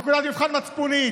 נקודת מבחן מצפונית,